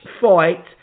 fight